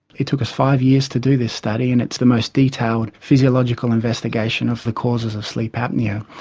it took us five years to do this study, and it's the most detailed physiological investigation of the causes of sleep apnoea.